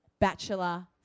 bachelor